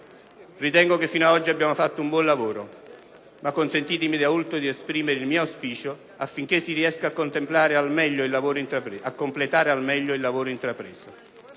Ritengo che fino ad oggi abbiamo fatto un buon lavoro, ma consentitemi da ultimo di esprimere il mio auspicio affinché si riesca a completare al meglio il lavoro intrapreso.